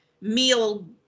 meal